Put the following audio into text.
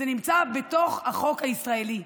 זה נמצא בתוך החוק הישראלי.